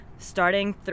Starting